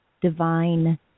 divine